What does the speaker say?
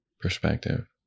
perspective